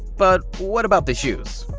but what about the shoes?